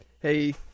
hey